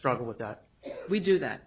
struggle with that we do that